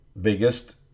biggest